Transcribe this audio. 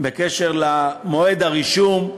בקשר למועד הרישום,